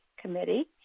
Committee